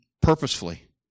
purposefully